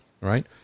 right